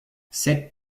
sept